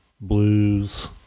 Blues